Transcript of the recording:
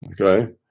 Okay